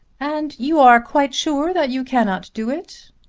and you are quite sure that you cannot do it?